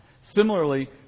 Similarly